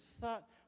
thought